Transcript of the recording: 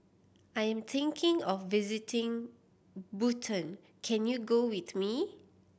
I'm thinking of visiting Bhutan can you go with me